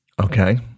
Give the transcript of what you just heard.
Okay